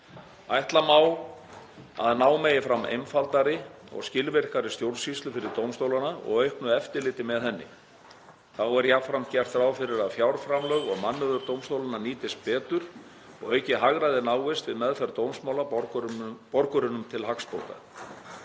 Ætla má að ná megi fram einfaldari og skilvirkari stjórnsýslu fyrir dómstólana og auknu eftirliti með henni. Þá er jafnframt gert ráð fyrir að fjárframlög og mannauður dómstólanna nýtist betur og aukið hagræði náist við meðferð dómsmála, borgurunum til hagsbóta.